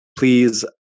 Please